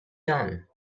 done